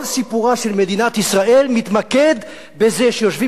כל סיפורה של מדינת ישראל מתמקד בזה שיושבים